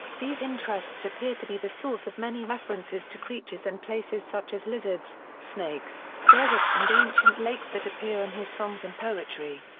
these interests appear to be the source of many references to creatures and places such as lizards, snakes, deserts and ancient lakes that appear in his songs and poetry.